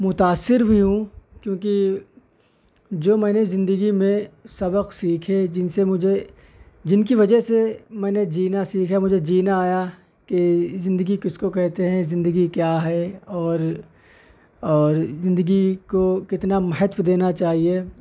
متأثر بھی ہوں کیونکہ جو میں نے زندگی میں سبق سیکھے جن سے مجھے جن کی وجہ سے میں نے جینا سیکھا مجھے جینا آیا کہ زندگی کس کو کہتے ہیں زندگی کیا ہے اور اور زندگی کو کتنا مہتو دینا چاہیے